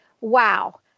Wow